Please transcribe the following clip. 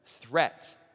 threat